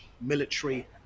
military